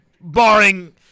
barring